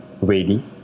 ready